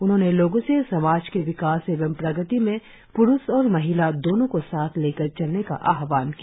उन्होंने लोगों से समाज के विकास एवं प्रगति में प्रुष और महिला दोनों को साथ लेकर चलने का आहवान किया